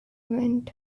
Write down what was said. went